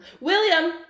William